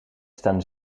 staan